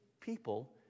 people